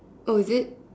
oh is it